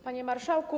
Panie Marszałku!